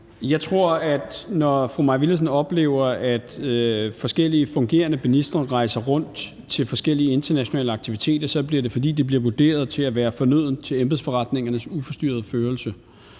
Jeg tror, at når fru Mai Villadsen oplever, at forskellige fungerende ministre rejser rundt til forskellige internationale aktiviteter, er det, fordi det bliver vurderet som fornødent til embedsforretningernes uforstyrrede førelse.